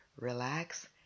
relax